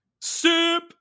Soup